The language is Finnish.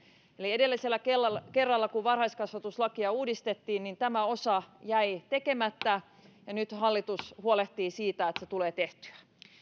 edellisellä kerralla kerralla kun varhaiskasvatuslakia uudistettiin tämä osa jäi tekemättä ja nyt hallitus huolehtii siitä että se tulee tehtyä